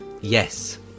Yes